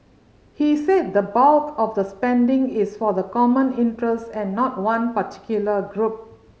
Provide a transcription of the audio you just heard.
he said the bulk of the spending is for the common interest and not one particular group